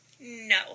No